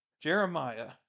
Jeremiah